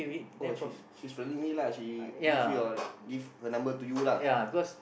oh she's she's friending me lah she give your give her number to you lah